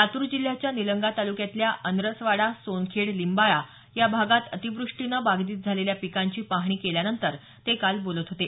लातूर जिल्ह्याच्या निलंगा तालुक्यातल्या अनसरवाडा सोनखेड लिंबाळा या भागात अतिवृष्टीनं बाधित झालेल्या पिकांची पाहणी केल्यानंतर ते काल बोलत होते